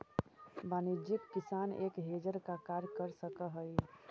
वाणिज्यिक किसान एक हेजर का कार्य कर सकअ हई